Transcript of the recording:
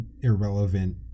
irrelevant